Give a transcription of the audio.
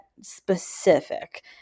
specific